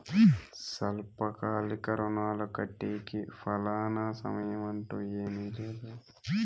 స్వల్పకాలిక రుణాలు కట్టేకి ఫలానా సమయం అంటూ ఏమీ లేదు